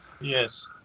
yes